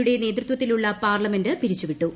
ശർമ്മ ഒലിയുടെ നേതൃത്വത്തിലുള്ള പാർലമെന്റ് പിരിച്ചുവിട്ടു